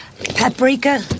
paprika